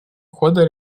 хода